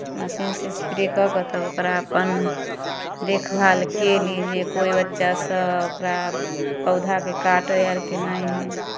मशीनसँ स्प्रे कऽ कऽ तब ओकरा अपन देखभाल केली जे कोइ बच्चासभ ओकरा पौधाकेँ काटै अरके नहि हइ